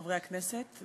חברי הכנסת,